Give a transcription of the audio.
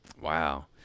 Wow